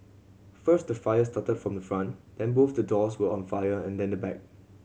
first the fire started from front then both the doors were on fire and then the back